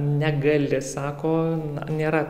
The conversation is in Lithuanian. negali sako nėra